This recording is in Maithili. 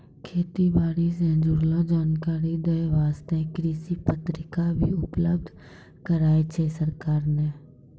खेती बारी सॅ जुड़लो जानकारी दै वास्तॅ कृषि पत्रिका भी उपलब्ध कराय छै सरकार नॅ